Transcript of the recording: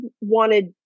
wanted